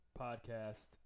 podcast